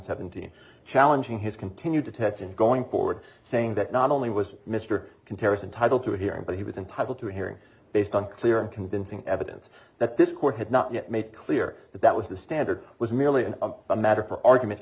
seventeen challenging his continued detention going forward saying that not only was mr comparison title to a hearing but he was entitled to a hearing based on clear and convincing evidence that this court had not yet made clear that that was the standard was merely an a matter for argument